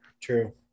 true